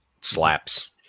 Slaps